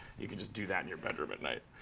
you can just do that in your bedroom at night.